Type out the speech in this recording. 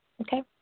Okay